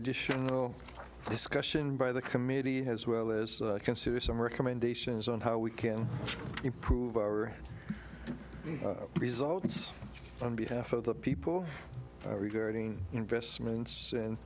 additional discussion by the committee has well as consider some recommendations on how we can improve our results on behalf of the people regarding investments and